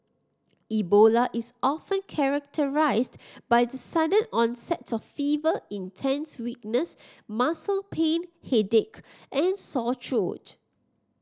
Ebola is often characterised by the sudden onset of fever intense weakness muscle pain headache and sore throat